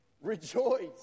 rejoice